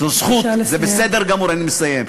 זו זכות, זה בסדר גמור, בבקשה לסיים.